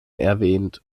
erwähnt